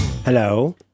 Hello